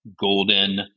golden